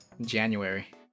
January